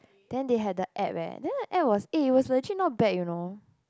then they had the app eh then the app was eh was legit not bad you know